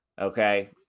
Okay